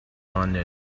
london